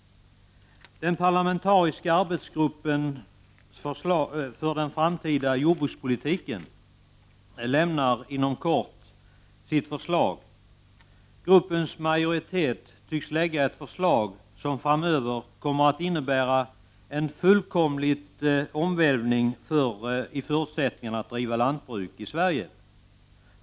Den parlamentariska arbetsgruppen för den framtida jordbrukspolitiken lämnar inom kort sitt förslag. Gruppens majoritet tycks lägga fram ett förslag som framöver kommer att innebära en fullkomlig omvälvning av förutsättningarna att driva lantbruk i Sverige.